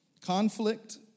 conflict